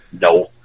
No